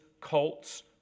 cults